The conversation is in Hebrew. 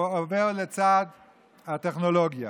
זה עובר לצד הטכנולוגיה.